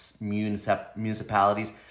municipalities